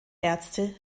ärzte